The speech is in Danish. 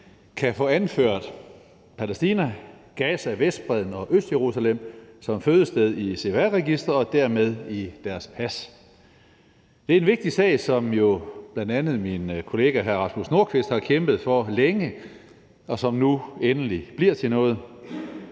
kan få anført Palæstina, Gaza, Vestbredden eller Østjerusalem som fødested i CPR-registeret og dermed i deres pas. Det er en vigtig sag, som jo bl.a. min kollega hr. Rasmus Nordqvist har kæmpet for længe, og som nu endelig bliver til noget.